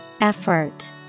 Effort